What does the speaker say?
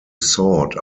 sought